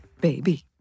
baby